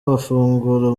bafungura